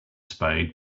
spade